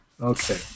Okay